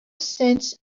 sense